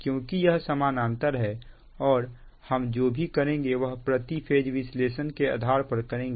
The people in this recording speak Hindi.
क्योंकि यह समानांतर हैं और हम जो भी करेंगे वह प्रति फेज विश्लेषण के आधार पर करेंगे